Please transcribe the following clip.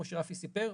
כמו שרפי סיפר,